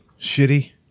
shitty